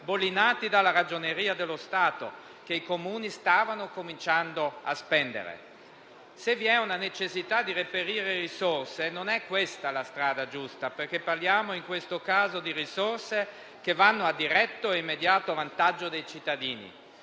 bollinati dalla Ragioneria generale dello Stato, che i Comuni stavano cominciando a spendere. Se vi è una necessità di reperire risorse, non è questa la strada giusta, perché parliamo in tal caso di risorse che vanno a diretto e immediato vantaggio dei cittadini.